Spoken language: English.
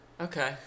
Okay